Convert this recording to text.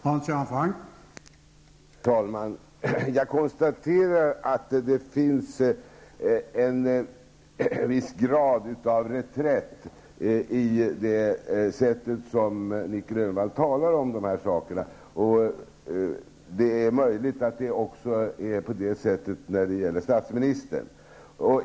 Herr talman! Jag konstaterar att det finns en viss grad av reträtt i det sätt som Nic Grönvall talar om de här sakerna på. Det är möjligt att det också förhåller sig så när det gäller statsministern.